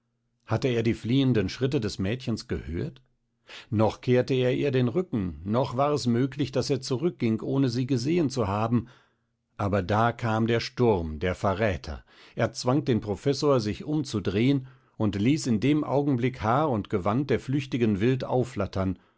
hatte er die fliehenden schritte des mädchens gehört noch kehrte er ihr den rücken noch war es möglich daß er zurückging ohne sie gesehen zu haben aber da kam der sturm der verräter er zwang den professor sich umzudrehen und ließ in dem augenblick haar und gewand der flüchtigen wild aufflattern